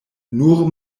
nur